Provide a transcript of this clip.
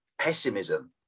pessimism